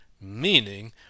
meaning